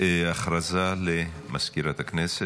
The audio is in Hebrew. שבעה בעד, אין מתנגדים ואין נמנעים.